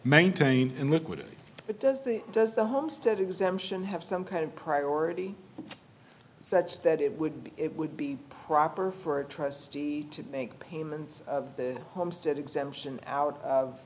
maintain and liquidity but does the does the homestead exemption have some kind of priority such that it would be it would be proper for a trustee to make payments the homestead exemption out of